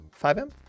5M